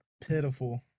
pitiful